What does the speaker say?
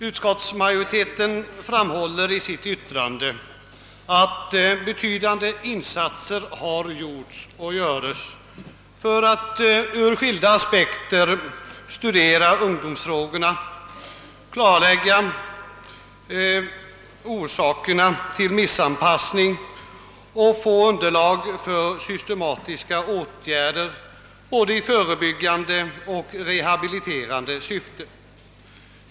= Utskottsmajoriteten framhåller i sitt yttrande att betydande insatser har gjorts och göres för att ur skilda aspekter studera ungdomsfrågorna, klarlägga orsakerna till missan passning och få underlag för systematiska åtgärder både i förebyggande och rehabiliterande syfte.